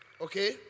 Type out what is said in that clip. Okay